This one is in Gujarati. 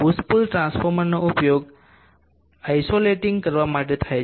પુશ પુલ ટ્રાન્સફોર્મરનો ઉપયોગ ઇસોલેટીગ કરવા માટે થાય છે